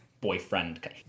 boyfriend